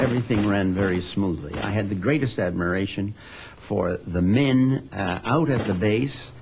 everything ran very smoothly i had the greatest admiration for the man out at the base